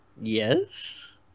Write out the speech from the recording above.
Yes